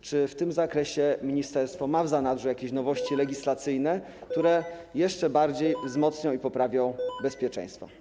Czy w tym zakresie ministerstwo ma w zanadrzu jakieś nowości legislacyjne, które jeszcze bardziej wzmocnią i poprawią bezpieczeństwo?